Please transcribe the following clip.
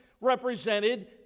represented